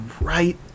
right